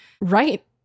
right